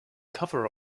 cover